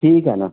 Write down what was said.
ठीक आहे ना